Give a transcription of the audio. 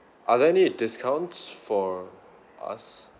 are there any discounts for us